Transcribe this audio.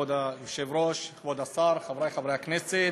כבוד היושב-ראש, כבוד השר, חברי חברי הכנסת,